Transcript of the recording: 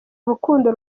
urukundo